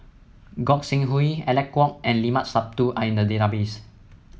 Gog Sing Hooi Alec Kuok and Limat Sabtu are in the database